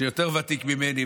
שהוא יותר ותיק ממני,